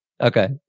Okay